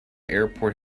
airport